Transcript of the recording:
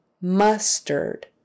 mustard